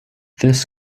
this